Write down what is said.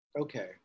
okay